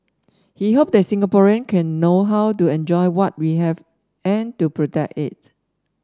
he hoped that Singaporean can know how to enjoy what we have and to protect it